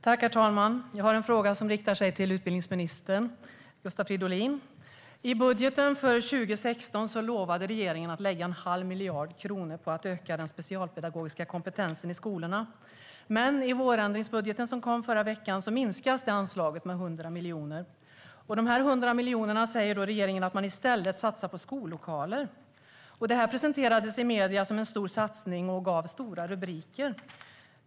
Herr talman! Jag har en fråga som riktar sig till utbildningsminister Gustav Fridolin. I budgeten för 2016 lovade regeringen att lägga 1⁄2 miljard kronor på att öka den specialpedagogiska kompetensen i skolorna, men i vårändringsbudgeten som kom i förra veckan minskas anslaget med 100 miljoner. De 100 miljonerna säger regeringen att man i stället satsar på skollokaler. Det presenterades i medierna som en stor satsning och gav stora rubriker.